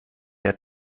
der